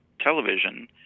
television